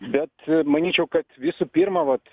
bet manyčiau kad visų pirma vat